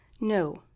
No